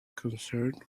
concerned